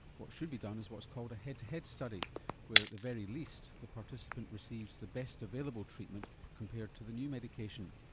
what should be done is what's called a head to head study where at the very least the participant receives the best available treatment compared to the new medication.